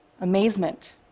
amazement